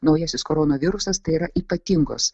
naujasis koronavirusas tai yra ypatingos